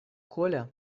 коля